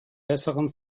besseren